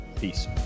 Peace